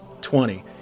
twenty